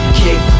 kick